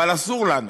אבל אסור לנו.